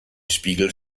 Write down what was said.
spiegel